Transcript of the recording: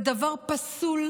זה דבר פסול.